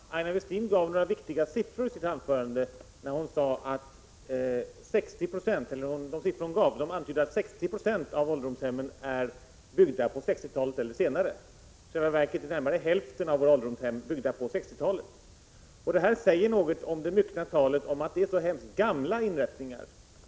Herr talman! Aina Westin gav några viktiga siffror i sitt anförande. Hon antydde bl.a. att 60 26 av ålderdomshemmen var byggda på 1960-talet eller senare. I själva verket är närmare hälften av våra ålderdomshem byggda på 1960-talet. Det säger något om det myckna talet om att det rör sig om så gamla inrättningar.